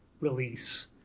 release